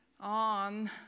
on